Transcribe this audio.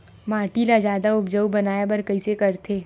माटी ला जादा उपजाऊ बनाय बर कइसे करथे?